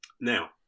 Now